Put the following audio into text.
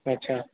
अच्छा